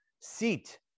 seat